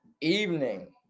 evening